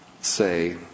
say